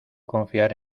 confiar